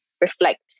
reflect